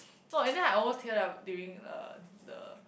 no and then I over tear lah during the the